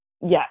yes